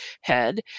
head